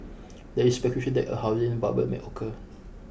there is speculation that a housing bubble may occur